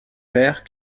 vert